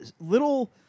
little